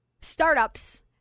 startups